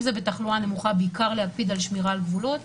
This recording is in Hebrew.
אם זה בתחלואה נמוכה בעיקר להקפיד על שמירה על גבולות,